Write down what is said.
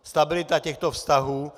Stabilita těchto vztahů.